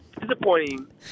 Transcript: disappointing